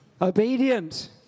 obedient